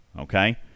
Okay